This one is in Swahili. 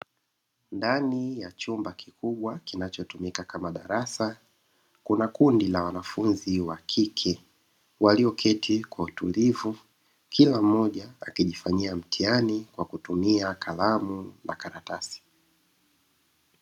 Ndani ya chumba kikubwa kinachotumika kama darasa kuna kundi la wanafunzi wa kike walioketi kwa utulivu kila mmoja akijifanyia mtihani kwa kutumia kalamu na karatasi.